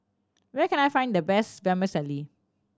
where can I find the best Vermicelli